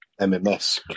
MMS